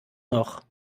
noch